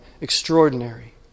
extraordinary